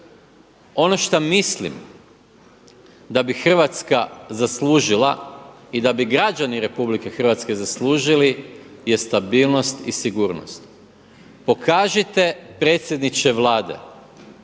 Ono šta mislim da bi Hrvatska zaslužila i da bi građani RH zaslužili je stabilnost i sigurnost. Pokažite predsjedniče Vlade,